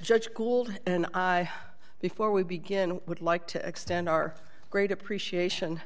judge gould and i before we begin would like to extend our great appreciation